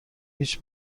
هیچ